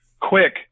quick